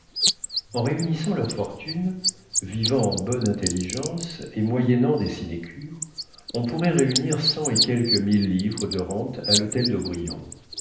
en réunissant leurs fortunes vivant en bonne intelligence et moyennant des sinécures on pourrait réunir cent et quelques mille livres de rente à l'hôtel d'aubrion